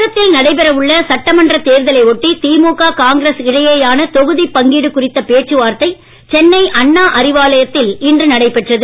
தமிழகத்தில் நடைபெறவுள்ள சட்டமன்ற தேர்தலை ஒட்டி திமுக காங்கிரஸ் இடையேயான தொகுதி பங்கீடு குறித்த பேச்சு வார்த்தை சென்னை அண்ணா அறிவாலயத்தில் இன்று நடைபெற்றது